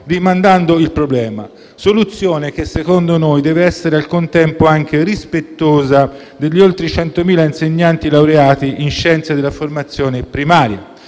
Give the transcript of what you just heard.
rimandando la soluzione del problema che, secondo noi, deve essere al contempo anche rispettosa degli oltre 100.000 insegnanti laureati in Scienze della formazione primaria.